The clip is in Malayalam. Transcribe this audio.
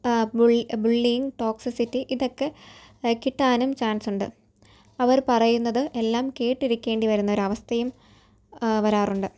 ബുള്ളിയിങ്ങ് ടോക്സിസിറ്റി ഇതൊക്കെ കിട്ടാനും ചാൻസ് ഉണ്ട് അവർ പറയുന്നത് എല്ലാം കേട്ടിരിക്കേണ്ടി വരുന്ന ഒരു അവസ്ഥയും വരാറുണ്ട്